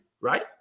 Right